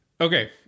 Okay